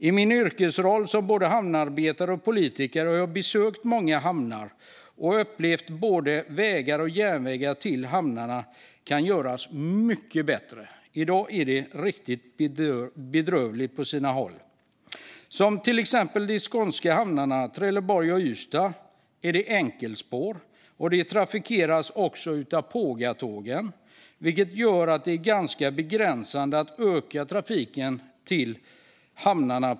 I min yrkesroll som både hamnarbetare och politiker har jag besökt många hamnar och upplevt att både vägar och järnvägar till hamnarna kan göras mycket bättre. I dag är det riktigt bedrövligt på sina håll. Till exempel är det enkelspår till de skånska hamnarna Trelleborg och Ystad. Detta trafikeras också av pågatågen, vilket är ganska begränsande för möjligheten att öka järnvägstrafiken till hamnarna.